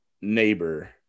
neighbor